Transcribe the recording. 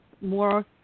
more